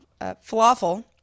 falafel